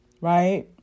right